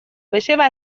بشود